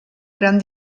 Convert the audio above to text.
gran